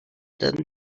than